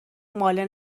ماله